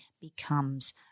becomes